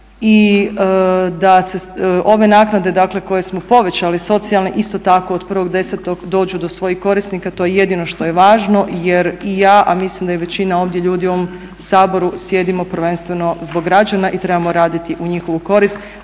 i da se ove naknade dakle koje smo povećali socijalne isto tako od 1.10. dođu do svojih korisnika. To je jedino što je važno jer i ja, a mislim da i većina ovdje ljudi u ovom Saboru sjedimo prvenstveno zbog građana i trebamo raditi u njihovu korist,